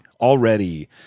already